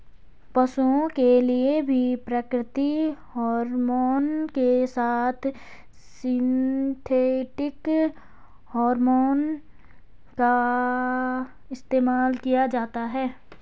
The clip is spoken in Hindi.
पशुओं के लिए भी प्राकृतिक हॉरमोन के साथ साथ सिंथेटिक हॉरमोन का इस्तेमाल किया जाता है